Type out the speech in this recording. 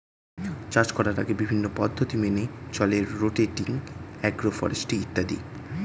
চাষ করার আগে বিভিন্ন পদ্ধতি মেনে চলে রোটেটিং, অ্যাগ্রো ফরেস্ট্রি ইত্যাদি